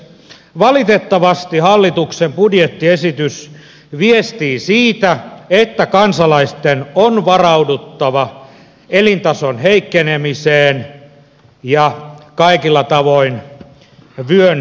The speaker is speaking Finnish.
valitettavasti hallituksen budjettiesitys viestii siitä että kansalaisten on varauduttava elintason heikkenemiseen ja kaikilla tavoin vyön kiristykseen